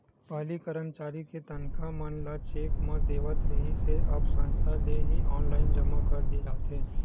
पहिली करमचारी के तनखा मन ल चेक म देवत रिहिस हे अब संस्था ले ही ऑनलाईन जमा कर दे जाथे